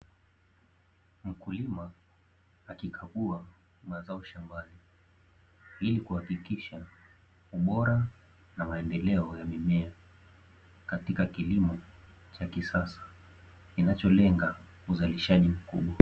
Mkulima akikagua mazao shambani ili kuhakikisha ubora na maendeleo ya mimea katika kilimo cha kisasa kinacholenga uzalishaji mkubwa.